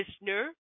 listener